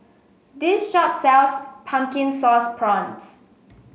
this shop sells Pumpkin Sauce Prawns